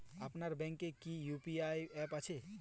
আপনার ব্যাংকের কি কি ইউ.পি.আই অ্যাপ আছে?